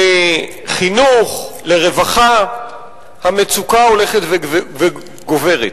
לחינוך, לרווחה המצוקה הולכת וגוברת.